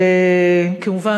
וכמובן,